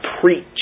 preach